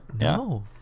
No